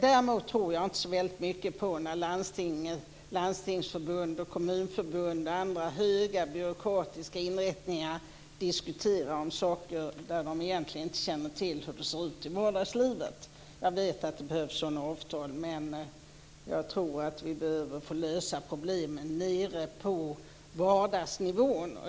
Däremot tror jag inte så mycket på att landstingsförbund, kommunförbund och andra höga byråkratiska inrättningar diskuterar saker när de egentligen inte känner till hur det ser ut i vardagslivet. Jag vet att det behövs sådana avtal, men jag tror att vi behöver få lösa problemen nere på vardagsnivån.